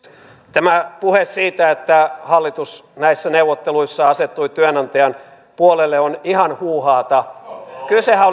tämä puhe siitä että hallitus näissä neuvotteluissa asettui työnantajan puolelle on ihan huuhaata kysehän